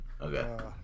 Okay